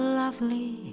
lovely